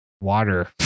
water